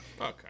Okay